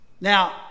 Now